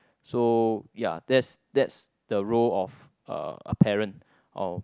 so ya that's that's the role uh a parent of